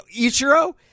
Ichiro